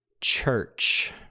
church